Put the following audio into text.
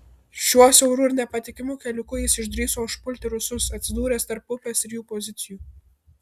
šiuo siauru ir nepatikimu keliuku jis išdrįso užpulti rusus atsidūręs tarp upės ir jų pozicijų